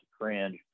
cringe